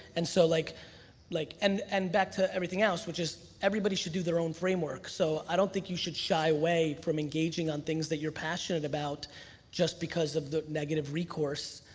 and so like like and and back to everything else which is everybody should do their own framework so i don't think you should shy away from engaging on things that you're passionate about just because of the negative recourse.